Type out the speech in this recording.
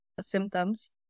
Symptoms